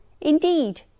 Indeed